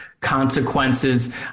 consequences